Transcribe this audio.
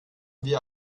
wir